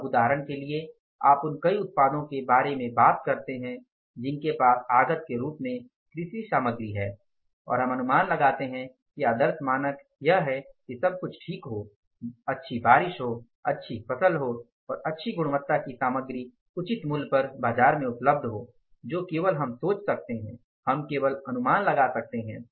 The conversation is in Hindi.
अब उदाहरण के लिए आप उन कई उत्पादों के बारे में बात करते हैं जिनके पास आगत के रूप में कृषि सामग्री है और हम अनुमान लगाते हैं कि आदर्श मानक यह है कि सब कुछ ठीक हो अच्छी बारिश हो अच्छी फसल हो और अच्छी गुणवत्ता की सामग्री उचित मूल्य पर बाजार में उपलब्ध जो केवल हम सोच सकते हैं हम केवल अनुमान लगा सकते हैं